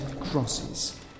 crosses